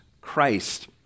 Christ